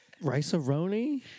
rice-a-roni